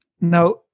Now